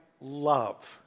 love